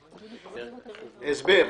הסבר.